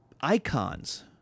icons